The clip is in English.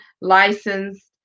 license